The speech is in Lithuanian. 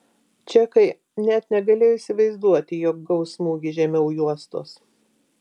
čekai net negalėjo įsivaizduoti jog gaus smūgį žemiau juostos